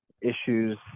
issues